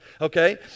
Okay